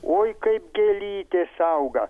oi kaip gėlytės auga